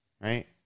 right